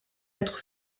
être